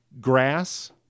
grass